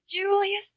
Julius